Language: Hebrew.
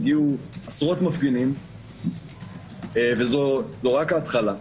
הגיעו עשרות מפגינים, וזאת רק ההתחלה.